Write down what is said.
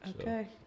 Okay